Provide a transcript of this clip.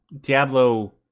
diablo